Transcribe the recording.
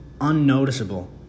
unnoticeable